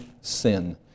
sin